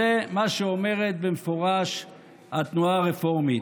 זה מה שאומרת במפורש התנועה הרפורמית.